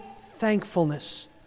thankfulness